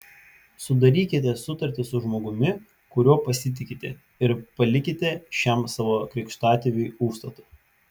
sudarykite sutartį su žmogumi kuriuo pasitikite ir palikite šiam savo krikštatėviui užstatą